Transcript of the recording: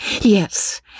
Yes